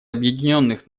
объединенных